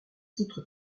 titre